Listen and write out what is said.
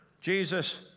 Jesus